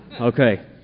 Okay